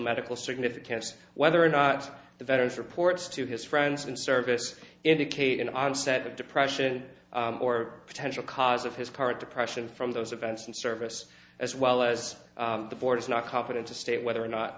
medical significance whether or not the veterans reports to his friends and service indicate an onset of depression or potential cause of his current depression from those events in service as well as the board is not competent to state whether or not